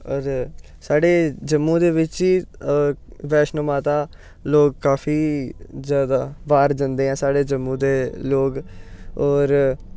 होर साढ़े जम्मू दे बिच्च बी बैश्नो माता लोक काफी जैदा बाह्र जंदे ऐं साढ़े जम्मू दे लोक होर